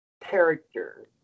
character